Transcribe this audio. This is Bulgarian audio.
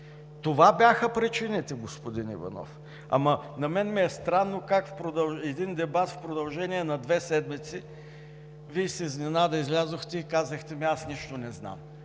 Това бяха причините, господин Иванов. На мен ми е странно как за един дебат, който е в продължение на две седмици, Вие с изненада излязохте и казахте: „Аз нищо не знам.“